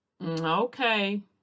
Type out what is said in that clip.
Okay